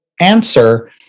answer